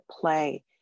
play